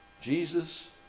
Jesus